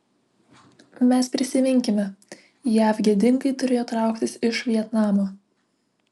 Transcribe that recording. mes prisiminkime jav gėdingai turėjo trauktis iš vietnamo